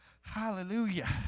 Hallelujah